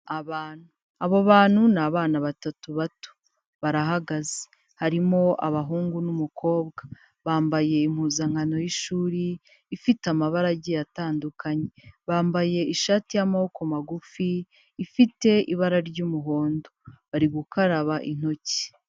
Abo bantu ni abana batatu bato, barahagaze harimo abahungu n'umukobwa, bambaye impuzankano y'ishuri, ifite amabaragi atandukanye bambaye ishati y'amaboko magufi, ifite ibara ry'umuhondo, bari gukaraba intoki.